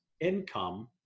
income